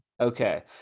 okay